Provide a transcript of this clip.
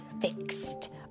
fixed